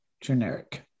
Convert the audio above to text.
generic